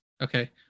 Okay